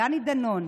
דני דנון,